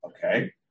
Okay